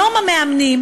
היום המאמנים